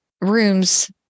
rooms